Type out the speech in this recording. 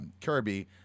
Kirby